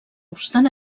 obstant